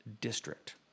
District